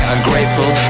Ungrateful